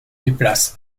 déplace